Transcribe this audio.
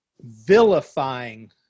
vilifying